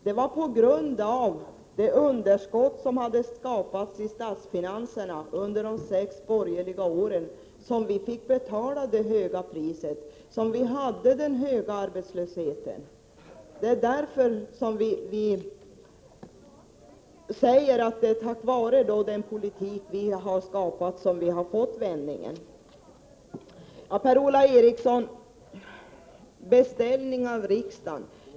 Det var på grund av det underskott som hade skapats i statsfinanserna under de sex borgerliga åren som vi fick betala det höga priset och som vi fick den höga arbetslösheten. Det är därför vi säger att det är tack vare den politik vi har skapat som vi har fått en förändring. Per-Ola Eriksson talar om en beställning av riksdagen.